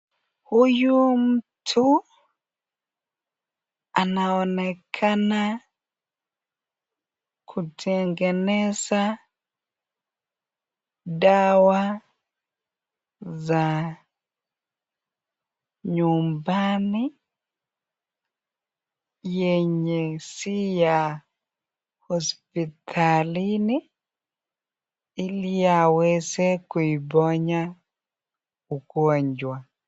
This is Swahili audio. Huyu mtu anaonekana kutengeneza dawa za nyumbani, yenye si ya hospitalini ili yaweze kuiponya ugonjwa.